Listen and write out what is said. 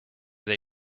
they